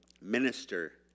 minister